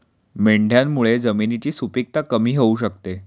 मेंढ्यांमुळे जमिनीची सुपीकता कमी होऊ शकते